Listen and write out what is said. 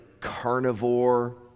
carnivore